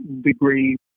degree